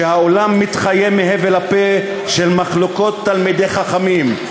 שהעולם מתחיה מהבל הפה של מחלוקות תלמידי חכמים.